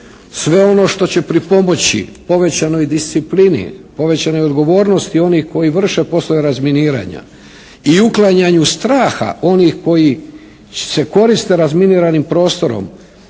Sve ono što će pripomoći povećanoj disciplini, povećanoj odgovornosti onih koji vrše poslove razminiranja i uklanjanju straha onih koji se koriste razminiranim prostorom,